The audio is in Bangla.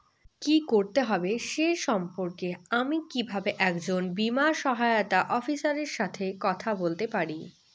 কী করতে হবে সে সম্পর্কে আমি কীভাবে একজন বীমা সহায়তা অফিসারের সাথে কথা বলতে পারি?